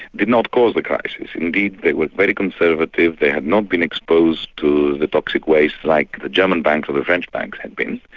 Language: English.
did not cause the crisis. indeed they were very conservative. they had not been exposed to the toxic waste like the german banks the french banks had been.